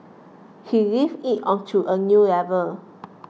he lifts it onto a new level